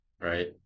right